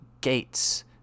gates